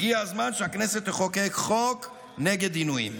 הגיע הזמן שהכנסת תחוקק חוק נגד עינויים.